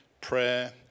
prayer